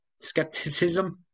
Skepticism